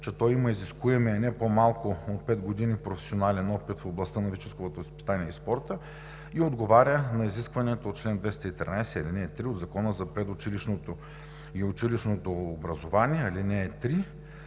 че той има изискуемия не по-малко от пет години професионален опит в областта на физическото възпитание и спорта и отговаря на изискванията по чл. 213, ал. 3 от Закона за предучилищното и училищното образование, която